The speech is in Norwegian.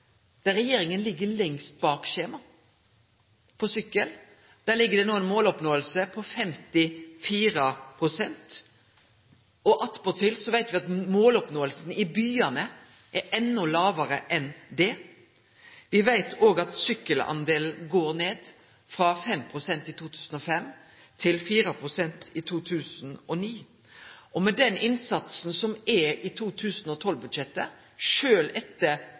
der regjeringa ligg lengst bak skjemaet. Der ligg det no ei måloppnåing på 54 pst., og attpåtil veit me at måloppnåinga i byane er enda lågare enn det. Me veit òg at sykkeldelen har gått ned, frå 5 pst. i 2005 til 4 pst. i 2009. Og med den innsatsen som er i 2012-budsjettet, sjølv etter